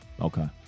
Okay